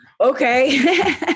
Okay